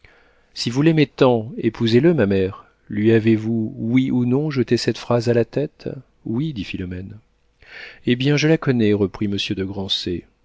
si vous l'aimez tant épousez le ma mère lui avez-vous oui ou non jeté cette phrase à la tête oui dit philomène eh bien je la connais reprit monsieur de